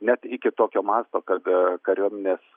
net iki tokio masto kad kariuomenės